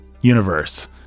universe